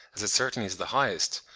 as it certainly is the highest,